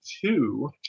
two